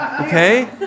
Okay